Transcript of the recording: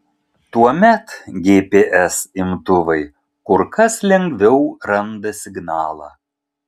tuomet gps imtuvai kur kas lengviau randa signalą